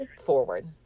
forward